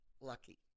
lucky